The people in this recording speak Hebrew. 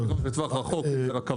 יש פתרונות לטווח הארוך רכבות,